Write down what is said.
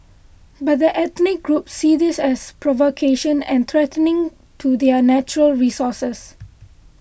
but the ethnic groups see this as provocation and threatening to their natural resources